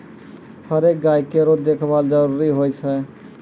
हरेक गाय केरो देखभाल जरूरी होय छै